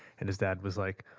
and his dad was like,